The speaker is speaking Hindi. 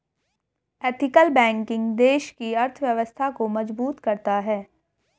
एथिकल बैंकिंग देश की अर्थव्यवस्था को मजबूत करता है